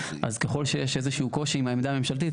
ככל שיש איזה שהוא קושי עם העמדה הממשלתית,